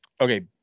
Okay